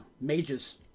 mages